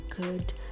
good